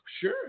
Sure